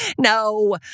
No